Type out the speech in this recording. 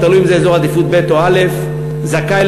תלוי אם זה אזור עדיפות ב' או א' זכאי